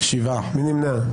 מי נמנע?